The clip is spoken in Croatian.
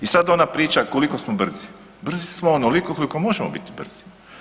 I sad ona priča koliko smo brzi, brzi smo onoliko koliko možemo biti brzi.